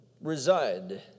reside